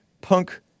punk